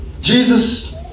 Jesus